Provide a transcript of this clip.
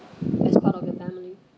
as part of your family